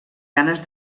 ganes